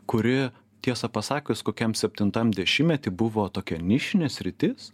kuri tiesą pasakius kokiam septintam dešimtmety buvo tokia nišinė sritis